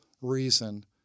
reason